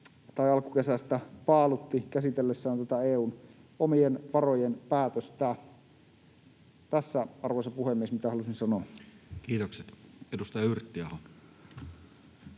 tai alkukesästä, paalutti käsitellessään EU:n omien varojen päätöstä. Tässä, arvoisa puhemies, se, mitä halusin sanoa. Kiitokset. — Edustaja Yrttiaho.